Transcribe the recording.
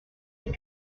des